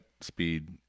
speed